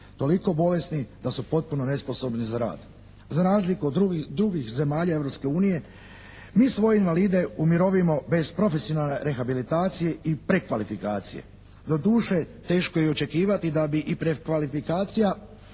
toliko bolesni da su potpuno nesposobni za rad. Za razliku od drugih zemalja Europske unije mi svoje invalide umirovimo bez profesionalne rehabilitacije i prekvalifikacije. Doduše teško je i očekivati da bi i prekvalifikacija